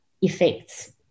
effects